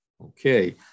Okay